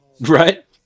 Right